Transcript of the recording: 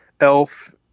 elf